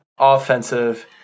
Offensive